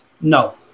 No